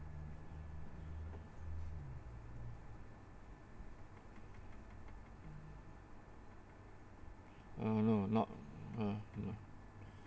uh no not uh you know